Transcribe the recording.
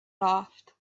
laughed